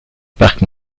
parc